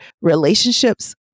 relationships